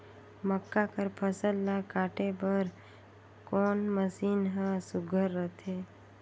मक्का कर फसल ला काटे बर कोन मशीन ह सुघ्घर रथे?